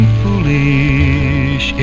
foolish